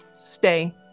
Stay